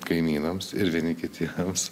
kaimynams ir vieni kitiems